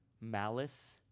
malice